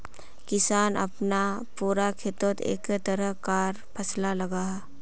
किसान अपना पूरा खेतोत एके तरह कार फासला लगाः